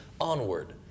onward